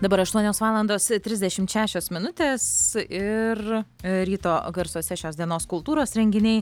dabar aštuonios valandos trisdešimt šešios minutės ir ryto garsuose šios dienos kultūros renginiai